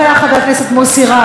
חבר הכנסת מוסי רז,